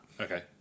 Okay